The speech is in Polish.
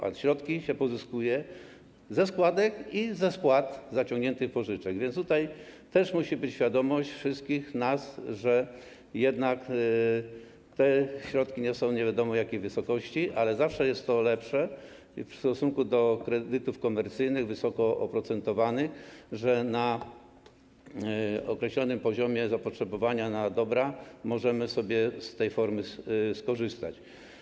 A środki pozyskuje się ze składek i ze spłat zaciągniętych pożyczek, więc tutaj też musi być świadomość nas wszystkich, że jednak te środki nie są nie wiadomo jakiej wysokości, ale zawsze jest to lepsze - i w stosunku do kredytów komercyjnych wysoko oprocentowanych - że na określonym poziomie zapotrzebowania na dobra możemy sobie z tej formy skorzystać.